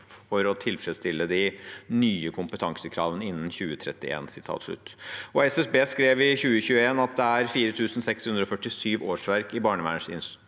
for å tilfredsstille de nye kompetansekravene innen 2031.» SSB skrev i 2021 at det er 4 647 årsverk i barnevernsinstitusjonene,